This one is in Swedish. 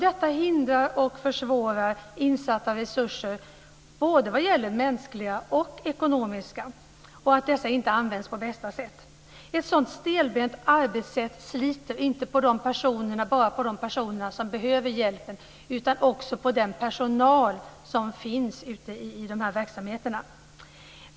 Detta hindrar och försvårar insatta resurser, både mänskliga och ekonomiska, och dessa används inte på bästa sätt. Ett sådant stelbent arbetssätt sliter inte bara på de personer som behöver hjälpen utan också på den personal som finns ute i verksamheterna.